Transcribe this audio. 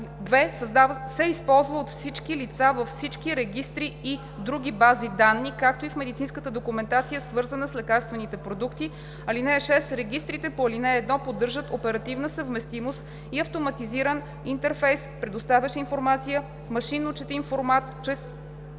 2. се използва от всички лица, във всички регистри и други бази данни, както и в медицинската документация, свързана с лекарствените продукти. (6) Регистрите по ал. 1 поддържат оперативна съвместимост и автоматизиран интерфейс, предоставящ информацията в машинно четим формат, чрез